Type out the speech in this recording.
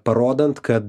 parodant kad